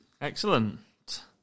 Excellent